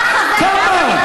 כמה?